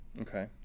Okay